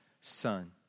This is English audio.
Son